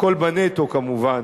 הכול בנטו, כמובן,